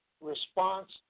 response